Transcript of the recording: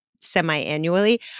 semi-annually